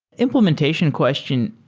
implementation question.